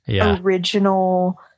original